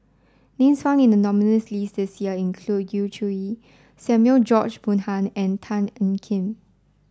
names found in the nominees' list this year include Yu Zhuye Samuel George Bonham and Tan Ean Kiam